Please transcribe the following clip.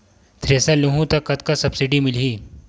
Thresher लेहूं त कतका सब्सिडी मिलही?